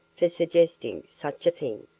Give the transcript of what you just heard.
for suggesting such a thing.